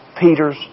Peter's